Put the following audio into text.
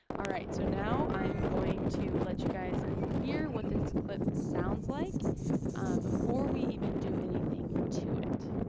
alright, so now i'm going to let you guys hear what this clip sounds like before we even do anything to it.